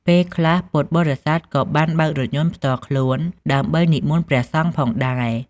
ពេលខ្លះពុទ្ធបរិស័ទក៏បានបើករថយន្តផ្ទាល់ខ្លួន ដើម្បីនិមន្តព្រះសង្ឃផងដែរ។